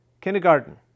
kindergarten